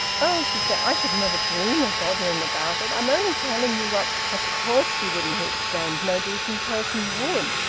oh! she said, i should never dream of bothering about it. i'm only telling you what of course you wouldn't! he exclaimed. no decent person would.